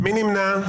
מי נמנע?